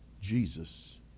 Jesus